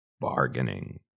bargaining